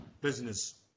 business